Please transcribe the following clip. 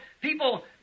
people